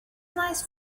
nice